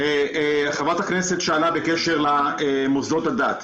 חברת הכנסת שאלה בקשר למוסדות הדת.